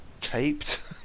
Taped